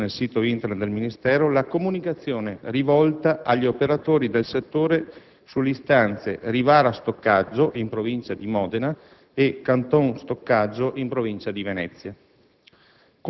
presente sul sito Internet del Ministero, la comunicazione rivolta agli operatori del settore sulle istanze "Rivara Stoccaggio", in provincia di Modena, e "Canton Stoccaggio", in provincia di Venezia,